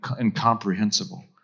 incomprehensible